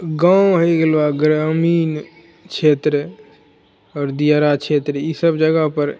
गाँव आबि गेलहुॅं आब ग्रामीण क्षेत्र आओर दियारा क्षेत्र इसब जगह पर